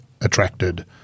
attracted